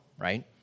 right